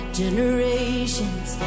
generations